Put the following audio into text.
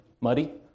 muddy